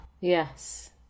Yes